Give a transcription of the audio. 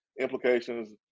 implications